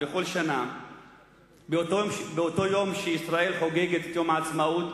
בכל שנה באותו יום שישראל חוגגת את יום העצמאות,